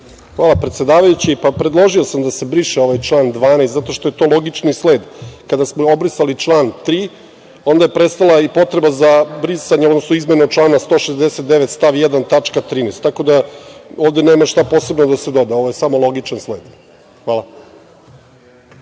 Hvala predsedavajući. Predložio sam da se briše ovaj član 12. zato što je to logični sled. Kada smo obrisali član 3. onda je prestala i potreba za brisanje odnosno izmena člana 169. stav 1. tačka 13), tako da ovde nema šta posebno da se doda. Ovo je samo logičan sled. Hvala.